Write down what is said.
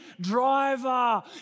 driver